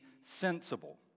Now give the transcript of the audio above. sensible